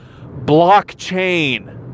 blockchain